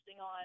on